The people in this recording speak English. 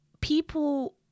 people